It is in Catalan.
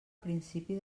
principi